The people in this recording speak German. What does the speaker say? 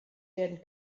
werden